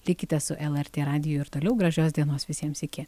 likite su lrt radiju ir toliau gražios dienos visiems iki